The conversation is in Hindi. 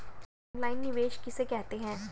ऑनलाइन निवेश किसे कहते हैं?